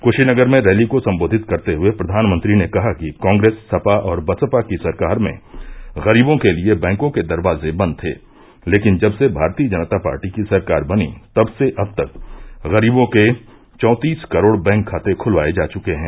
कृषीनगर में रैली को सम्बोधित करते हये प्रधानमंत्री ने कहा कि कॉग्रेस सपा और बसपा की सरकार में गरीबों के लिये बैंकों के दरवाजे बन्द थे लेकिन जब से भारतीय जनता पार्टी की सरकार बनी तब से अब तक गरीबों के चौंतिस करोड़ बैंक खाते खुलवाये जा चुके हैं